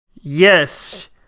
Yes